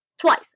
Twice